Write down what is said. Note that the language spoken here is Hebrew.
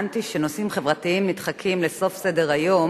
שנושאים חברתיים נדחקים לסוף סדר-היום